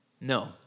No